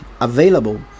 available